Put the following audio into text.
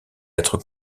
être